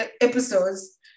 episodes